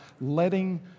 letting